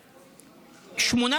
אוקיי, סגנית השר.